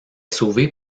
sauvé